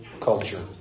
culture